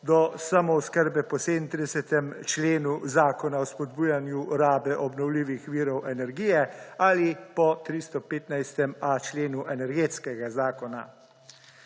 do samooskrbe po 37. členu Zakona o spodbujanju rabe obnovljivih virov energije ali po 115.a členu Energetskega zakona.